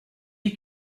est